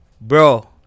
bro